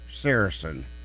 Saracen